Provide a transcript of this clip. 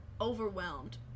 overwhelmed